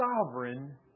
sovereign